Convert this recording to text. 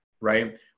Right